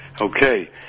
Okay